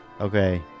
okay